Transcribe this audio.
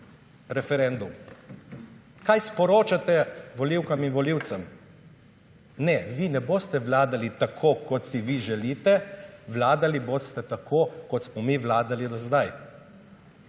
referendum. Kaj sporočate volivkam in volivcem? »Ne, vi ne boste vladali tako, kot si vi želite, vladali boste tako, kot smo mi vladali do zdaj.«